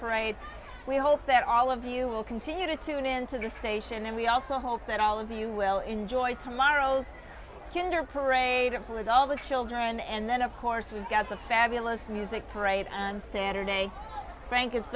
parade we hope that all of you will continue to tune into the station and we also hope that all of you will enjoy tomorrow's tkinter parade and please all the children and then of course we've got the fabulous music parade and saturday frank it's